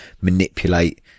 manipulate